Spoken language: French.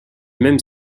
même